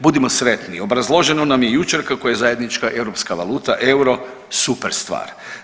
Budimo sretni, obrazloženo nam je jučer kako je zajednička europska valuta super stvar.